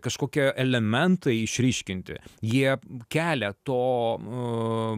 kažkokie elementai išryškinti jie kelia to